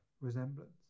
resemblance